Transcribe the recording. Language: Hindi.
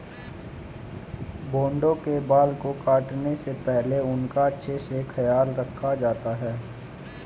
भेड़ों के बाल को काटने से पहले उनका अच्छे से ख्याल रखा जाता है